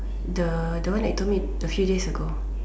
the the one that you told me a few days ago